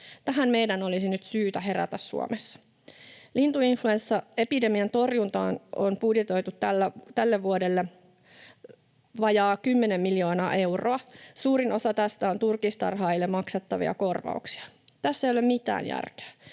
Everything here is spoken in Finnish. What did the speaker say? Tähän meidän olisi nyt syytä herätä Suomessa. Lintuinfluenssaepidemian torjuntaan on budjetoitu tälle vuodelle vajaa kymmenen miljoonaa euroa. Suurin osa tästä on turkistarhaajille maksettavia korvauksia. Tässä ei ole mitään järkeä.